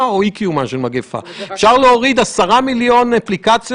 כל המהלכים שעושים פה,